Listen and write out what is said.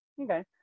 Okay